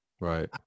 right